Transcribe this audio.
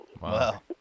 Wow